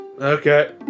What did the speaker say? Okay